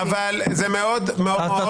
אתה טועה.